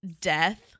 death